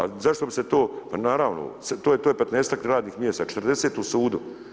A zašto bi se to, pa naravno to je petnaestak radnih mjesta, 40 u sudu.